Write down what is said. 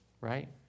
right